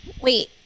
wait